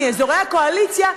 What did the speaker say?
מאזורי הקואליציה,